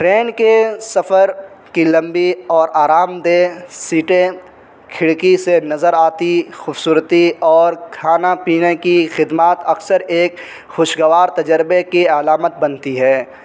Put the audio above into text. train کے سفر کی لمبی اور آرام دہ سیٹیں کھڑکی سے نظر آتی خوبصورتی اور کھانا پینے کی خدمات اکثر ایک خوشگوار تجربے کی علامت بنتی ہے